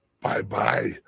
bye-bye